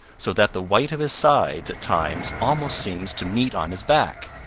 so that the white of his sides at times almost seems to meet on his back.